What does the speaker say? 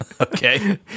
Okay